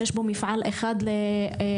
שיש בו מפעל אחד לעוף,